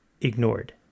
ignored